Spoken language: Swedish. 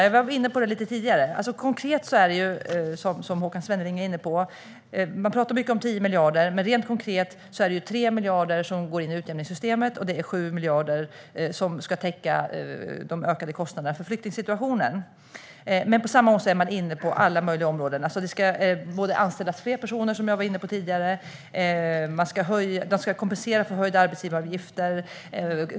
Jag var inne på detta lite grann tidigare. Konkret är det som Håkan Svenneling säger: Man talar mycket om 10 miljarder, men rent konkret är det 3 miljarder som går in i utjämningssystemet och 7 miljarder som ska täcka de ökade kostnaderna för flyktingsituationen. Men på samma gång är man inne på alla möjliga områden: Det ska anställas fler personer, som jag var inne på tidigare. Man ska kompensera för höjda arbetsgivaravgifter.